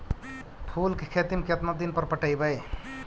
फूल के खेती में केतना दिन पर पटइबै?